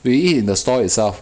we eat in the store itself